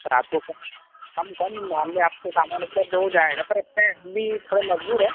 sir आपको कम कम कम दाम में आपके सामने मतलब सब हो जाएगा पर उसमें हम भी थोड़ा मजबूर है